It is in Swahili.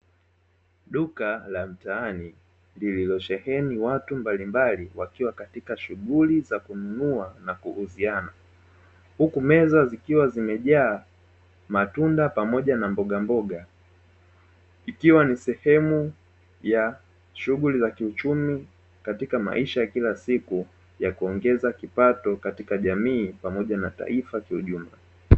Duka la mtaani lililosheheni watu mbalimbali wakiwa katika shughuli za kununua na kuhuziana, huku meza zikiwa zimejaa matunda pamoja na mboga mboga, ikiwa ni sehemu ya shughuli za kiuchumi katika maisha ya kila siku ya kuongeza kipato katika jamii pamoja na taifa kiujumla.